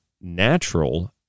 natural